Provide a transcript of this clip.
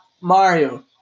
Mario